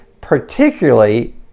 particularly